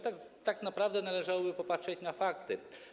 Tak naprawdę należałoby popatrzeć na fakty.